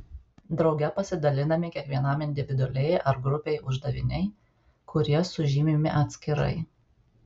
drauge pasidalinami kiekvienam individualiai ar grupei uždaviniai kurie sužymimi atskirai